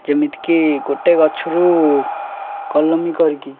ଯେମିତିକି ଗୋଟେ ଗଛରୁ କଲମୀ କରିକି